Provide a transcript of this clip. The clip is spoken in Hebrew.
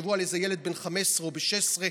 תחשבו על איזה ילד בן 15 או בן 16,